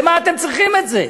למה אתם צריכים את זה?